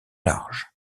large